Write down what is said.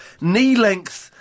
knee-length